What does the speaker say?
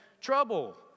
trouble